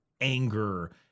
anger